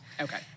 Okay